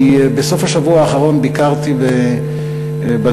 בסוף השבוע האחרון ביקרתי בנגב,